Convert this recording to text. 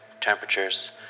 temperatures